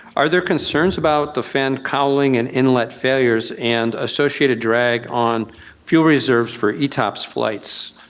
are there concerns about the fan cowling and inlet failure and associated drag on fuel reserves for etops flights?